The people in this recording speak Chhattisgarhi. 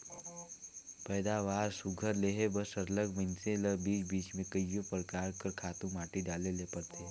पएदावारी सुग्घर लेहे बर सरलग मइनसे ल बीच बीच में कइयो परकार कर खातू माटी डाले ले परथे